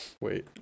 Wait